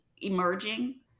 emerging